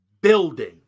building